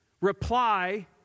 reply